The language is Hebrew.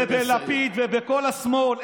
ובלפיד, ובכל השמאל.